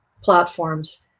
platforms